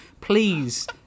Please